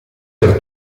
per